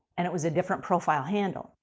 and it was a different profile handle.